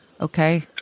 Okay